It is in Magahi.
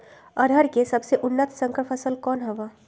अरहर के सबसे उन्नत संकर फसल कौन हव?